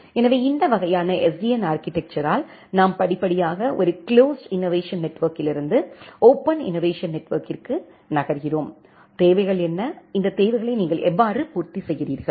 எனவே இந்த வகையான SDN ஆர்க்கிடெக்சரால் நாம் படிப்படியாக ஒரு குளோஸ்டு இன்னோவேஷன் நெட்வொர்க்கிலிருந்து ஓபன் இன்னோவேஷன் நெட்வொர்க்கிற்கு நகர்கிறோம் தேவைகள் என்ன இந்த தேவைகளை நீங்கள் எவ்வாறு பூர்த்தி செய்வீர்கள்